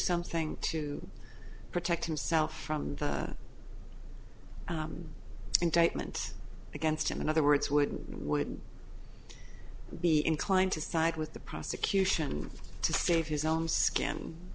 something to protect himself from indictment against him in other words would would be inclined to side with the prosecution to save his own s